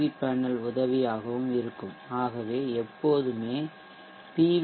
we panel உதவியாகவும் இருக்கும் ஆகவே எப்போதுமே பி